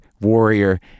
warrior